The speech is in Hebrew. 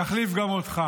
פרלמנט זה לא בית העם.